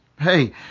Hey